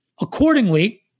Accordingly